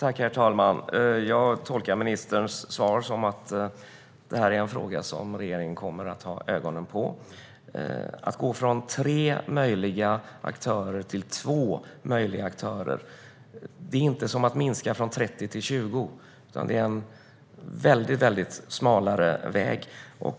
Herr talman! Jag tolkar ministerns svar som att detta är en fråga som regeringen kommer att ha ögonen på. Att gå från tre möjliga aktörer till två är inte som att minska från 30 till 20, utan det är en mycket smalare väg.